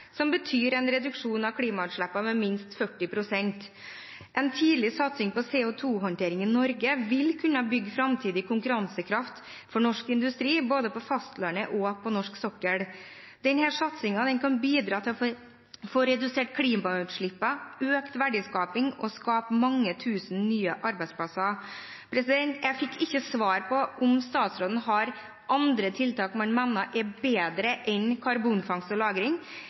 som betyr en reduksjon av klimautslippene med minst 40 pst. En tidlig satsing på CO 2 -håndtering i Norge vil kunne bygge framtidig konkurransekraft for norsk industri, både på fastlandet og på norsk sokkel. Denne satsingen kan bidra til å få redusert klimautslippene, til økt verdiskaping og skape mange tusen nye arbeidsplasser. Jeg fikk ikke svar på om statsråden har andre tiltak som han mener er bedre enn karbonfangst og